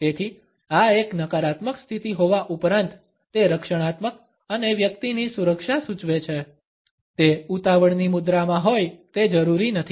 તેથી આ એક નકારાત્મક સ્થિતિ હોવા ઉપરાંત તે રક્ષણાત્મક અને વ્યક્તિની સુરક્ષા સૂચવે છે તે ઉતાવળની મુદ્રામાં હોય તે જરૂરી નથી